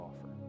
offer